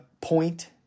point